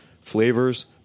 flavors